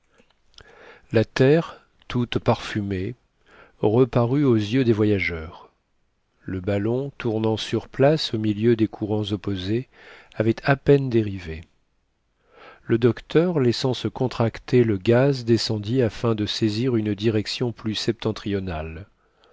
la terre toute parfumée reparut aux yeux des voyageurs le ballon tournant sur place au milieu des courants opposés avait à peine dérivé le docteur laissant se contracter le gaz descendit afin de saisir une direction plus septentrionale